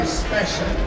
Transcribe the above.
special